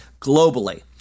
globally